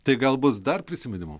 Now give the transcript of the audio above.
tai gal bus dar prisiminimų